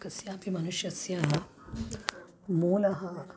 कस्यापि मनुष्यस्य मूलं